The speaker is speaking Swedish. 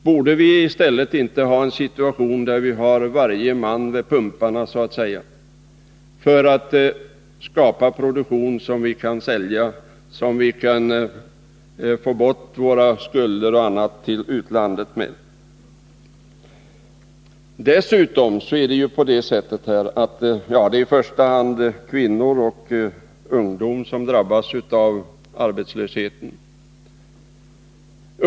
Har vi inte i stället en situation där vi borde ha så att säga ”varje man vid pumparna” för att skapa produktion som vi kan sälja och med vilken vi kan få bort skulder till utlandet m.m.? Det är i första hand kvinnor och ungdom som drabbas av arbetslösheten.